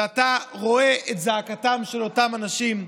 ואתה רואה את זעקתם של אותם אנשים.